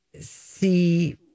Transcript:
see